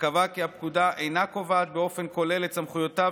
וקבעה כי הפקודה אינה קובעת באופן כולל את סמכויותיו